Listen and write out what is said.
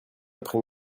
après